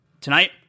tonight